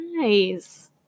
Nice